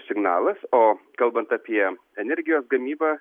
signalas o kalbant apie energijos gamybą